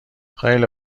خیلی